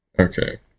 Okay